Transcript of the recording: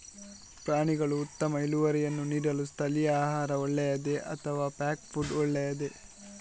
ಪ್ರಾಣಿಗಳು ಉತ್ತಮ ಇಳುವರಿಯನ್ನು ನೀಡಲು ಸ್ಥಳೀಯ ಆಹಾರ ಒಳ್ಳೆಯದೇ ಅಥವಾ ಪ್ಯಾಕ್ ಫುಡ್ ಒಳ್ಳೆಯದೇ?